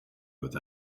with